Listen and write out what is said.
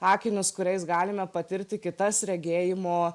akinius kuriais galime patirti kitas regėjimo